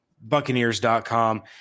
Buccaneers.com